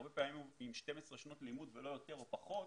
הרבה פעמים הוא עם 12 שנות לימוד ולא יותר או פחות,